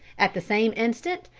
at the same instant,